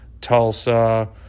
Tulsa